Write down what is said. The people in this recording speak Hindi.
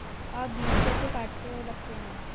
आप बीज कैसे काटते और रखते हैं?